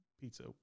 pizza